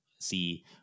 see